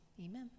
amen